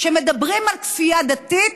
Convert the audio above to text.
כשמדברים על כפייה דתית,